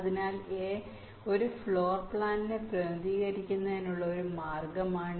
അതിനാൽ ഇത് ഒരു ഫ്ലോർ പ്ലാനെ പ്രതിനിധീകരിക്കുന്നതിനുള്ള ഒരു മാർഗമാണ്